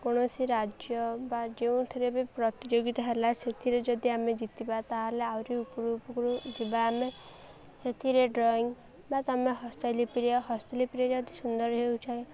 କୌଣସି ରାଜ୍ୟ ବା ଯେଉଁଥିରେ ବି ପ୍ରତିଯୋଗିତା ହେଲା ସେଥିରେ ଯଦି ଆମେ ଜିତିବା ତାହେଲେ ଆହୁରି ଉପର ଉପରକୁ ଯିବା ଆମେ ସେଥିରେ ଡ୍ରଇଂ ବା ତୁମେ ହସ୍ତଲିପି ହସ୍ତଲିପିରେ ଯଦି ସୁନ୍ଦର ହେଉଥାଏ